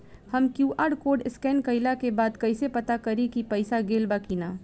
हम QR code scan कइला के बाद कइसे पता करि की पईसा गेल बा की न?